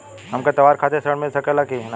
हमके त्योहार खातिर त्रण मिल सकला कि ना?